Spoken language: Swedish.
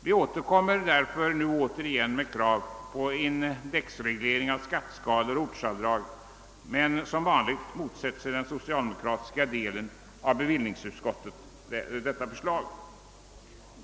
Vi återkommer därför med krav på en indexreglering av skatteskalor och ortsavdrag, men som vanligt motsätter sig den socialdemokratiska delen av bevillningsutskottet detta förslag.